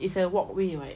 it's a walkway [what]